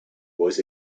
was